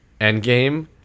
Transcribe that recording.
Endgame